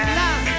love